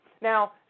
Now